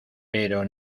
pero